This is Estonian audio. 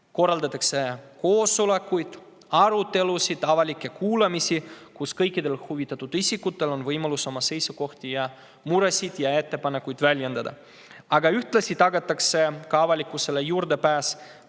Korraldatakse koosolekuid, arutelusid ja avalikke kuulamisi, kus kõikidel huvitatud isikutel on võimalus oma seisukohti, muresid ja ettepanekuid väljendada. Ühtlasi tagatakse avalikkusele juurdepääs